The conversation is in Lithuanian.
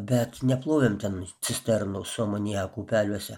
bet neplovėm ten cisternų su amoniaku upeliuose